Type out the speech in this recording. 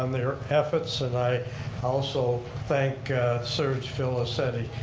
um their efforts and i also thank serge felicetti.